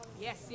yes